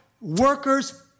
workers